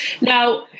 Now